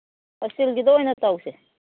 ꯑ ꯏꯁꯇꯤꯜꯒꯤꯗ ꯑꯣꯏꯅ ꯇꯧꯁꯤ